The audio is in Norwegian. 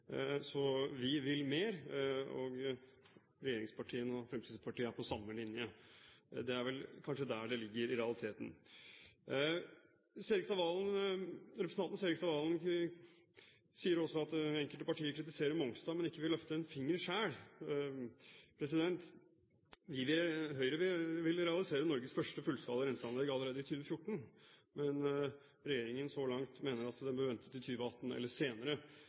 Så Høyre vil mer – og regjeringspartiene og Fremskrittspartiet er på samme linje. Det er vel kanskje der det ligger i realiteten. Representanten Serigstad Valen sier også at enkelte partier kritiserer Mongstad, men vil ikke løfte en finger selv. Høyre vil realisere Norges første fullskala renseanlegg allerede i 2014, mens regjeringen så langt mener at man bør vente til 2018 eller senere.